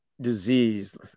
disease